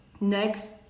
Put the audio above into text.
next